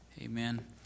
amen